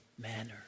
manner